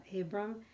Abram